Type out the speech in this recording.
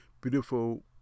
beautiful